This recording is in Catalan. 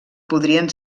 podrien